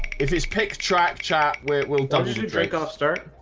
it's picked track chat where it will touch the drink after